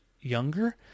younger